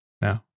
No